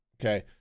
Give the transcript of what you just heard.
okay